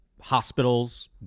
hospitals